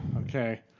Okay